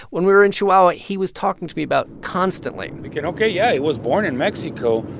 when we were in chihuahua, he was talking to me about constantly ok, yeah, it was born in mexico,